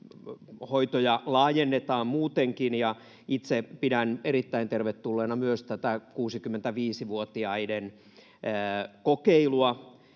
hoitoja laajennetaan muutenkin. Itse pidän erittäin tervetulleena myös tätä 65-vuotiaiden kokeilua,